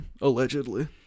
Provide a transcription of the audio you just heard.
allegedly